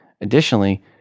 Additionally